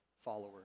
followers